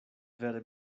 vere